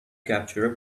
capture